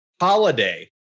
holiday